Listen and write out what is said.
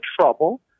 trouble